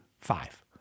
five